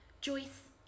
Joyce